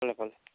ભલે ભલે